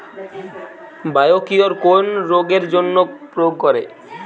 Biocure কোন রোগেরজন্য প্রয়োগ করে?